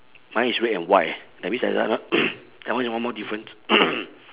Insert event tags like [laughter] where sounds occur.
mine is red and white eh that means another [coughs] that one is one more difference [coughs]